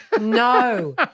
no